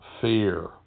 fear